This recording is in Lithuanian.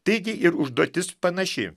taigi ir užduotis panaši